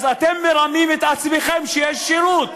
אז אתם מרמים את עצמכם שיש שירות,